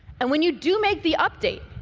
and when you do make the update,